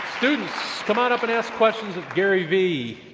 students, come on up and ask questions of gary v.